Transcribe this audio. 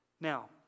Now